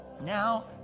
Now